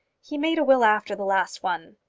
he made a will after the last one.